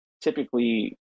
typically